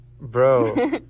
Bro